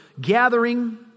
gathering